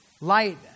light